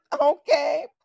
Okay